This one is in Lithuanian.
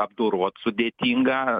apdorot sudėtinga